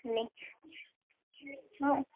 நீ ம்